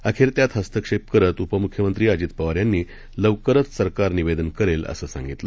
अखेर त्यात हस्तक्षेप करत उपमुख्यमंत्री अजित पवार यांनी लवकरच सरकार निवेदन करेलअसं सांगितलं